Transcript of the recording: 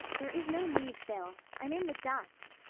there is no need, phil. i'm in the dust.